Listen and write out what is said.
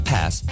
Pass